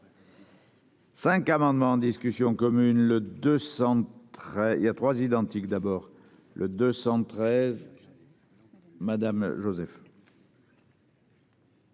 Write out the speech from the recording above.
5 amendements en discussion commune le 200 très il y a 3 identique d'abord le 213. Madame Joseph.